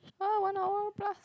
oh one hour plus